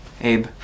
Abe